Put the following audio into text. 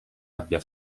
abbia